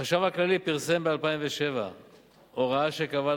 החשב הכללי פרסם ב-2007 הוראה שקבעה